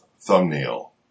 thumbnail